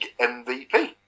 MVP